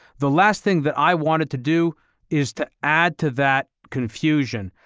the last thing that i wanted to do is to add to that confusion.